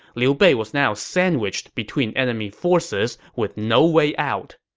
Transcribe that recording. liu bei was now sandwiched between enemy forces with no way out.